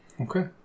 Okay